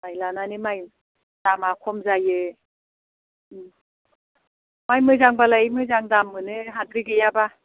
माइ लानानै माइ दामआ खम जायो माइ मोजांब्लालाय मोजां दाम मोनो हाथाय गैयाब्ला